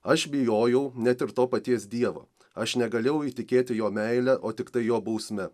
aš bijojau net ir to paties dievo aš negalėjau įtikėti jo meile o tiktai jo bausme